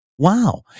Wow